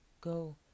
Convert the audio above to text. Go